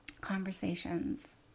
conversations